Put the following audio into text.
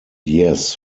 yes